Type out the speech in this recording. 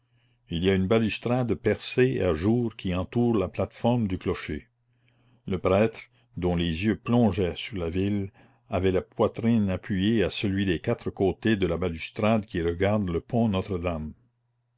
il y a une balustrade percée à jour qui entoure la plate-forme du clocher le prêtre dont les yeux plongeaient sur la ville avait la poitrine appuyée à celui des quatre côtés de la balustrade qui regarde le pont notre-dame